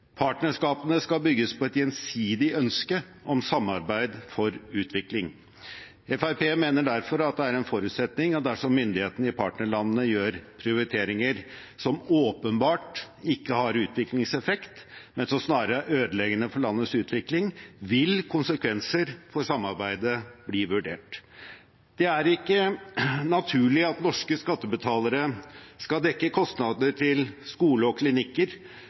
Partnerskapene skal bygges på et gjensidig ønske om samarbeid for utvikling. Fremskrittspartiet mener derfor at det er en forutsetning at dersom myndighetene i partnerlandene gjør prioriteringer som åpenbart ikke har utviklingseffekt, men som snarere er ødeleggende for landets utvikling, vil konsekvenser for samarbeidet bli vurdert. Det er ikke naturlig at norske skattebetalere skal dekke kostnader til skoler og klinikker